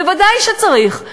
בוודאי שצריך,